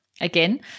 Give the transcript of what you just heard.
again